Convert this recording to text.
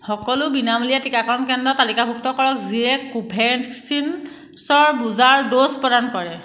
সকলো বিনামূলীয়া টিকাকৰণ কেন্দ্ৰ তালিকাভুক্ত কৰক যিয়ে কোভেক্সিনৰ বুষ্টাৰ ড'জ প্ৰদান কৰে